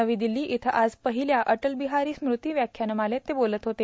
नवी दिल्ली इथं आज पहिल्या अटलबिहारी स्मृती व्याख्यानमालेत ते बोलत होते